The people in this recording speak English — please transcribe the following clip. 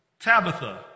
Tabitha